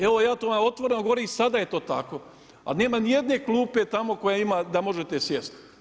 Evo, ja to vam otvoreno govorim, sada je to tako a nema nijedne klupe tamo koja ima da možete sjesti.